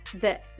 the-